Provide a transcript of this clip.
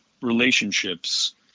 relationships